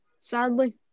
sadly